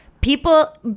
people